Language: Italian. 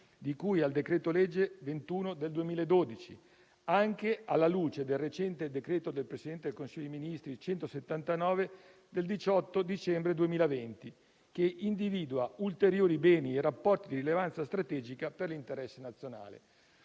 di cui al decreto-legge n. 21 del 2012, anche alla luce del recente decreto del Presidente del Consiglio dei ministri n. 179 del 18 dicembre 2020, che individua ulteriori beni e rapporti di rilevanza strategica per l'interesse nazionale.